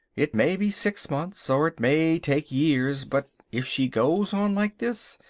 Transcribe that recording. it may be six months or it may take years, but if she goes on like this,